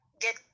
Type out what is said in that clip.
get